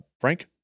Frank